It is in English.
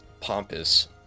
pompous